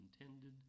intended